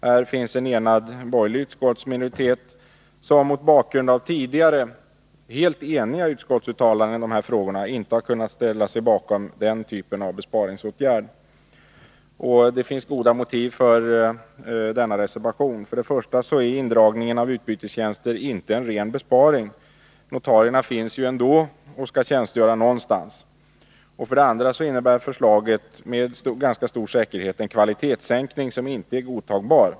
Här finns en enad borgerlig utskottsminoritet som mot bakgrund av tidigare helt eniga utskottsuttalanden i de här frågorna inte har kunnat ställa sig bakom den typen av besparingsåtgärder. Det finns goda motiv för denna reservation. För det första är indragningen av utbytestjänster inte en ren besparing. Notarierna finns ju ändå och skall tjänstgöra någonstans. För det andra innebär förslaget med ganska stor säkerhet en kvalitetssänkning som inte är godtagbar.